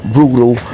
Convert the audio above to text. Brutal